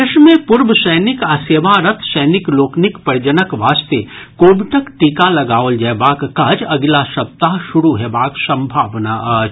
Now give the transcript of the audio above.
देश मे पूर्व सैनिक आ सेवारत सैनिक लोकनिक परिजनक वास्ते कोविडक टीका लगाओल जयबाक काज अगिला सप्ताह शुरू हेबाक संभावना अछि